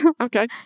Okay